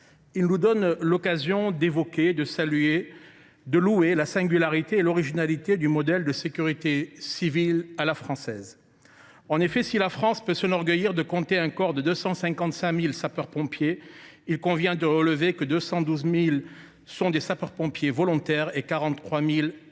en effet l’occasion d’évoquer, pour mieux le louer, la singularité et l’originalité du modèle de sécurité civile à la française. En effet, si la France peut s’enorgueillir de compter un corps de 255 000 sapeurs pompiers, il convient de relever que 212 000 d’entre eux sont des sapeurs pompiers volontaires et 43 000 des sapeurs pompiers